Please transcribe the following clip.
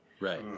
Right